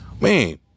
man